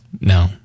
No